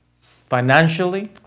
financially